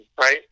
right